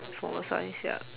smaller size ya